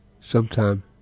sometime